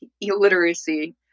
illiteracy